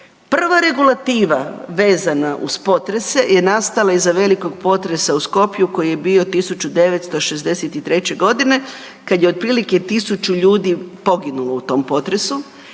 Prva regulativa vezana uz potrese je nastala iza velikog potresa u Skopju koji je bio 1963.g. kad je otprilike 1.000 ljudi poginulo u tom potresu